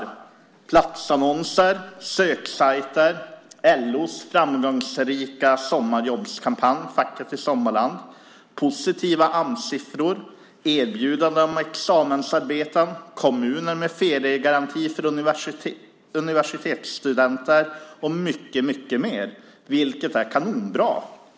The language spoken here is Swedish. Det är platsannonser, söksajter, LO:s framgångsrika sommarjobbskampanj Facket i sommarland, positiva Amssiffror, erbjudanden om examensarbeten, kommuner med feriegaranti för universitetsstudenter och mycket mer, vilket är kanonbra.